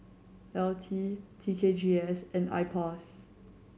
LT T K G S and IPOS